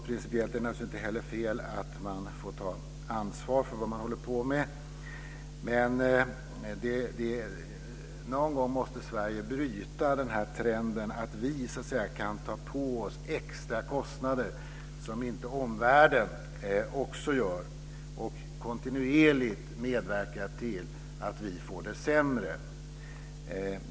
Principiellt är det naturligtvis inte heller fel att man får ta ansvar för vad man håller på med. Men någon gång måste Sverige bryta trenden att vi kan ta på oss extra kostnader som inte omvärlden också gör och kontinuerligt medverka till att vi får det sämre.